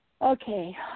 Okay